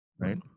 right